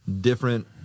different